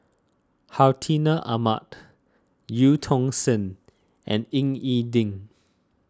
Hartinah Ahmad Eu Tong Sen and Ying E Ding